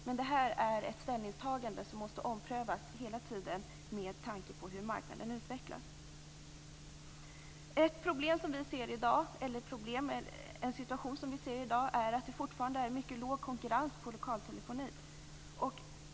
Men det här är ett ställningstagande som hela tiden måste omprövas, med tanke på hur marknaden utvecklas. En situation som vi ser i dag är att det fortfarande är mycket låg konkurrens när det gäller lokaltelefoni.